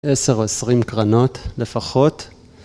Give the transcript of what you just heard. ‫10-20 קרנות לפחות.